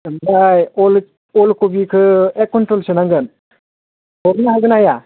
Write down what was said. ओमफ्राय अल कफिखो एक कुन्टोलसो नांगोन हरनो हागोन ना हाया